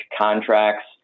contracts